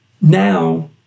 now